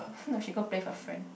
now she go play with her friend